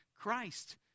Christ